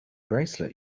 bracelet